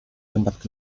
tempat